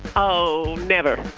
oh, never